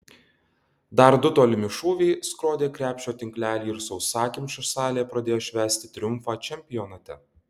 dar du tolimi šūviai skrodė krepšio tinklelį ir sausakimša salė pradėjo švęsti triumfą čempionate